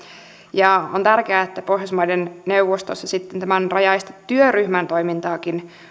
ja on tärkeää että pohjoismaiden neuvostossa tämän rajaestetyöryhmän toimintaakin